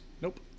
Nope